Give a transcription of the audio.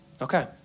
Okay